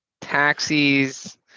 taxis